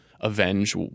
avenge